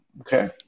okay